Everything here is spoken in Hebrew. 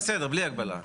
זה בסדר, בלי הגבלה.